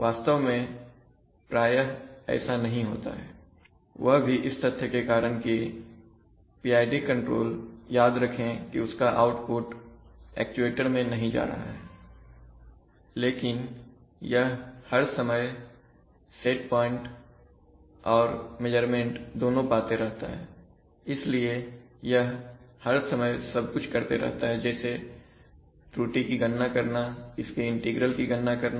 वास्तव मेंप्रायः ऐसा नहीं होता हैवह भी इस तथ्य के कारण कि PID कंट्रोल याद रखें कि उसका आउटपुट एक्चुएटर में नहीं जा रहा है लेकिन यह हर समय सेट प्वाइंट और मेजरमेंट दोनों पाते रहता है इसलिए यह हर समय सब कुछ करते रहता है जैसे त्रुटि की गणना करना उसके इंटीग्रल की गणना करना